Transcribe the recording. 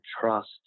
trust